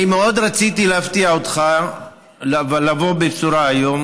אני מאוד רציתי להפתיע אותך ולבוא בבשורה היום.